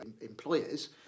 employers